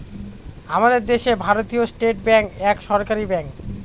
আমাদের দেশে ভারতীয় স্টেট ব্যাঙ্ক এক সরকারি ব্যাঙ্ক